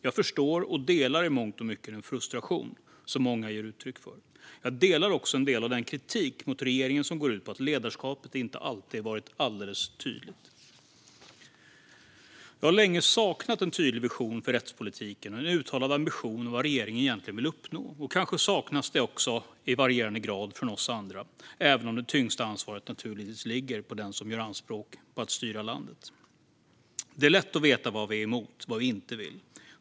Jag förstår, och delar i mångt och mycket, den frustration som många ger uttryck för. Jag delar också en del av den kritik mot regeringen som går ut på att ledarskapet inte alltid varit alldeles tydligt. Jag har länge saknat en tydlig vision för rättspolitiken och en uttalad ambition om vad regeringen egentligen vill uppnå. Kanske saknas det också i varierande grad från oss andra, även om det tyngsta ansvaret naturligtvis ligger på den som gör anspråk på att styra landet. Det är lätt att veta vad vi är emot och vad vi inte vill.